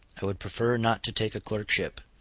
i would prefer not to take a clerkship,